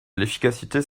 l’efficacité